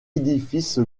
édifice